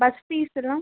bus பீஸ்சல்லாம்